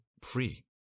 free